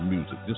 Music